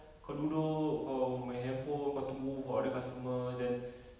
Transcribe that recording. kau duduk kau main handphone kau tunggu for other customers then